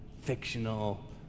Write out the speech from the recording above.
fictional